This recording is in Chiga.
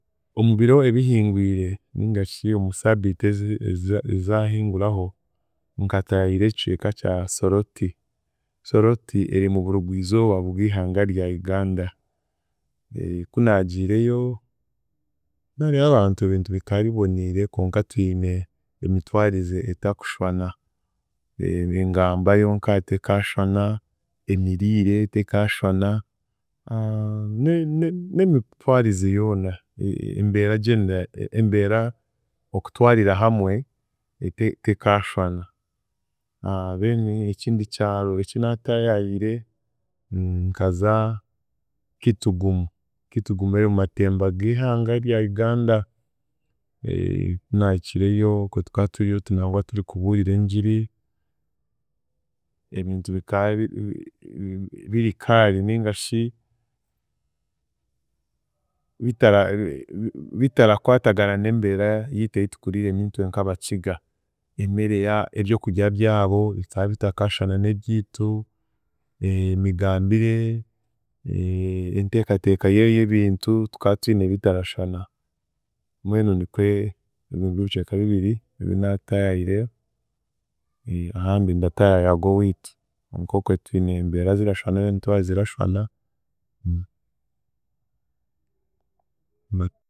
Omubiro ebihingwire ningashi omu saabiiti ezi- eza- ezaahinguraho, nka tayaayira ekicweka kya Soroti, Soroti eri muri burugwizooba bwihanga rya Uganda kunaagiireyo, naareeba abantu ebintu bikaabiboniire konka twine emitwarize atakushwana engamba yonka tekaashwana, emiriire tekaashwana ne- ne- n'emitwarize yoona e- e- embeera generally embeera okutwarira hamwe te- te- tekaashwana then ekindi kyaro ekinaataayayire nkaza Kitugumu Kitugumu eri mumatemba g’ihanga rya Uganda kunaahikireyo okwe tukaturiyo nangwa turikuburira engiri ebintu bika bi- bi- birikaari ningashi bitara bi- bi- bi- bitarakwatagana n’embeera yiitu ei tukuriiremu itwe nk'Abakiga. Emere ya- ebyokudya byabo bikabitakashwana n’eryitu emigambire enteekateeka ye- y’ebintu tuka twine ebitarashwana mbwenu nikwe ebyo nibyo bicweka bibiri ebinaataayaire ahandi ndatayaayaga owiitu, konka okwe twine embeera zirashwana, n’emitwarize erashwana.